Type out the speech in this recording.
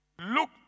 Look